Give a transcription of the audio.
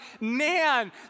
man